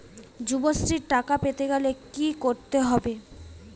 যুবশ্রীর টাকা পেতে গেলে কি করতে হবে?